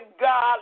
God